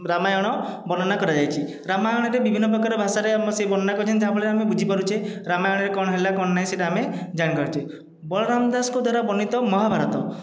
ରାମାୟଣ ବର୍ଣ୍ଣନା କରାଯାଇଛି ରାମାୟଣରେ ବିଭିନ୍ନ ପ୍ରକାର ଭାଷାରେ ଆମର ସେ ବର୍ଣ୍ଣନା କରିଛନ୍ତି ଯାହା ଫଳରେ ଆମେ ବୁଝିପାରୁଛେ ରାମାୟଣରେ କଣ ହେଲା କଣ ନାଇଁ ସେଇଟା ଆମେ ଜାଣିପାରୁଛେ ବଳରାମ ଦାସଙ୍କ ଦ୍ଵାରା ବର୍ଣ୍ଣିତ ମହାଭାରତ